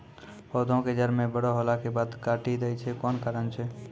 पौधा के जड़ म बड़ो होला के बाद भी काटी दै छै कोन कारण छै?